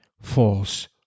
false